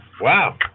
Wow